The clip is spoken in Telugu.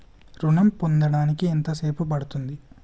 ఋణం పొందడానికి ఎంత సేపు పడ్తుంది?